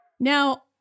Now